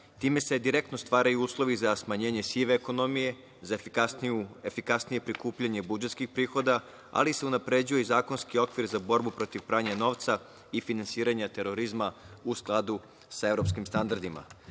Time se direktno stvaraju uslovi za smanjenje sive ekonomije, za efikasnije prikupljanje budžetskih prihoda, ali se unapređuje i zakonski okvir za borbu protiv pranja novca i finansiranja terorizma, u skladu sa evropskim standardima. Pred